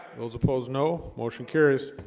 those opposed no motion carries